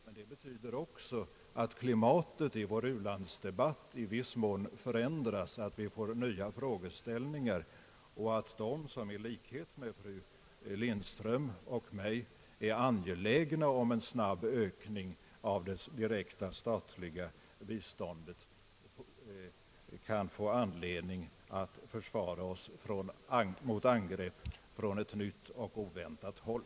Men det betyder också att klimatet i vår u-landsdebatt i viss mån förändrats, att vi får nya frågeställningar och och att de som i likhet med fru Lindström och mig är angelägna om en snabb ökning av det direkta statliga biståndet kan få anledning att försvara sig mot angrepp från ett nytt och oväntat håll.